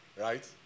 right